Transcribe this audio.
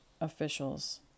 officials